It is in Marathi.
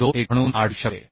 21 म्हणून आढळू शकते